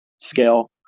scale